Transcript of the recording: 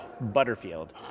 Butterfield